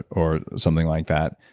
or something like that,